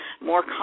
more